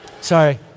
Sorry